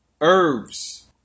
herbs